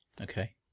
Okay